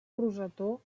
rosetó